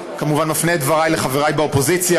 כמובן מפנה את דבריי לחברי באופוזיציה,